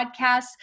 podcasts